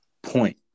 point